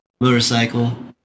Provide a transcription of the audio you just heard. Motorcycle